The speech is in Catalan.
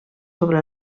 sobre